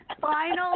final